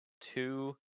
two